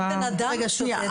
רגע שנייה,